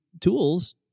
tools